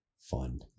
fun